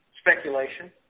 speculation